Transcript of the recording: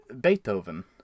Beethoven